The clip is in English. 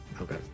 Okay